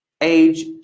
Age